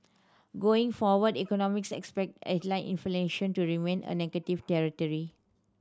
going forward economist expect headline inflation to remain a negative territory